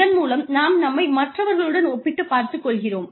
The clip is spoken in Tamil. இதன் மூலம் நாம் நம்மை மற்றவர்களுடன் ஒப்பிட்டுப் பார்த்துக் கொள்கிறோம்